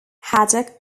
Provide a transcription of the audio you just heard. haddock